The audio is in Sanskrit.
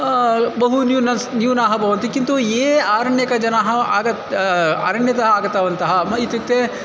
बहु न्यूनाः न्यूनाः भवन्ति किन्तु ये अरण्यकजनाः आगत् अरण्यात् आगतवन्तः नाम इत्युक्ते